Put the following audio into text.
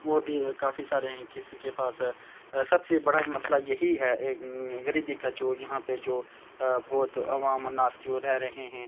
وہ کافی سارے ہیں کسی کے پاس سب سے بڑا مسئلہ یہی ہے غریبی کا جو یہاں پہ جو بہت عوام الناس جو رہ رہے ہیں